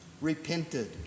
repented